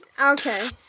Okay